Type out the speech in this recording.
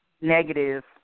negative